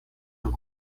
your